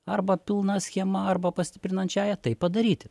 arba pilna schema arba pastiprinančiąja tai padaryti